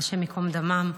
השם ייקום דמם,